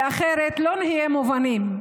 אחרת לא נהיה מובנים.